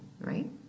right